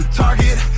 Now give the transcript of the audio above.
target